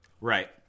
Right